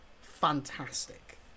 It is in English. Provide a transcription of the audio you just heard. fantastic